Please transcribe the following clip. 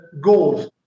goals